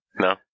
No